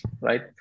right